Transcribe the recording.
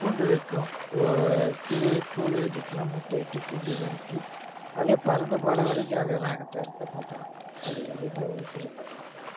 கூண்டு விற்கும் கிளி கூடு கட்டிச்சுனால் முட்டையிட்டு குஞ்சு பொரித்து அதே பறந்து போகிற வரைக்கும் அதை நாங்கள் துரத்த மாட்டோம் அதை எதையுமே உபத்திரயம் பண்ணமாட்டோம்